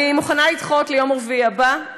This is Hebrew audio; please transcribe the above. אני מוכנה לדחות ליום רביעי הבא.